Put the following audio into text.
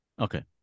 Okay